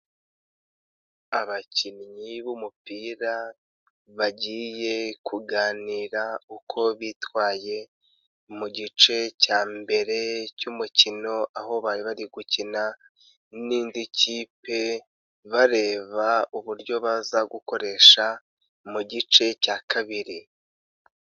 Abakinnyi b'umupira bagiye kuganira uko bitwaye mu gice cya mbere cy'umukino, aho bari bari gukina n'indi kipe, bareba uburyo baza gukoresha mu gice cya kabiri.